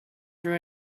drew